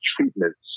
treatments